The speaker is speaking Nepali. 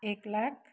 एक लाख